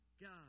God